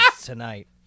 tonight